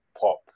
pop